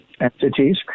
entities